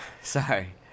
Sorry